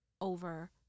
over